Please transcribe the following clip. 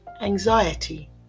anxiety